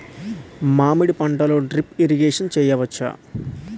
మామిడి పంటలో drip irrigation చేయచ్చా?